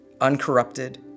uncorrupted